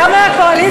גם מהקואליציה.